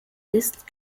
ist